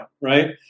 right